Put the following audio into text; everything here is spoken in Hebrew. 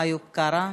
איוב קרא.